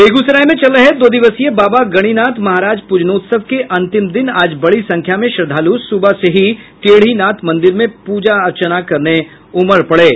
बेगूसराय में चल रहे दो दिवसीय बाबा गणिनाथ महाराज प्रजनोत्सव के अन्तिम दिन आज बड़ी संख्या में श्रद्धालु सुबह से ही टेढ़ीनाथ मन्दिर में पूजा अर्चना कर रहे हैं